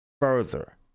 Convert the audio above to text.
Further